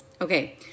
Okay